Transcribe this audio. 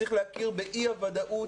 צריך להכיר באי הוודאות,